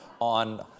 on